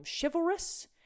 chivalrous